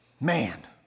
Man